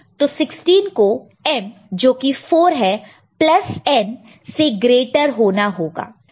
तो 16 को m जो कि 4 है प्लस n से ग्रेटर होना होगा